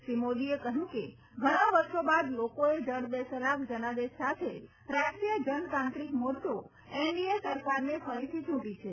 શ્રી મોદીએ કહયું કેઘણા વર્ષો બાદ લોકોએ જડબેસલાક જનાદેશ સાથે રાષ્ટ્રીય જનતાંત્રિક મોરચો એનડીએ સરકારને ફરીથી ચૂંટી છે